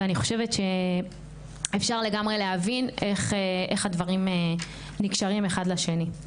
ואני חושבת שאפשר לגמרי להבין איך הדברים נקשרים אחד לשני.